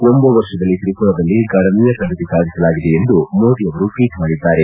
ಒಂದೇ ವರ್ಷದಲ್ಲಿ ತ್ರಿಪುರಾದಲ್ಲಿ ಗಣನೀಯ ಪ್ರಗತಿ ಸಾಧಿಸಲಾಗಿದೆ ಎಂದು ಮೋದಿ ಅವರು ಟ್ವೀಟ್ ಮಾಡಿದ್ದಾರೆ